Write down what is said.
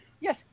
Yes